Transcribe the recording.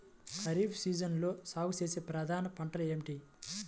ఖరీఫ్ సీజన్లో సాగుచేసే ప్రధాన పంటలు ఏమిటీ?